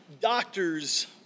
doctors